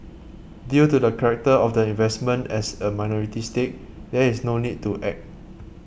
due to the character of the investment as a minority stake there is no need to act